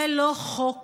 זה לא חוק